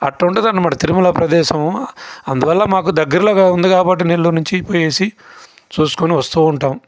అట్టు ఉంటుంది అన్నమాట తిరుమల ప్రదేశం అందువల్ల మాకు దగ్గరలో ఉంది కాబట్టి నెల్లూరు నుంచి పోయేసి చూసుకుని వస్తు ఉంటాము